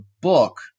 book